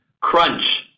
crunch